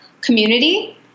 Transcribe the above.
community